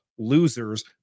Losers